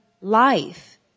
life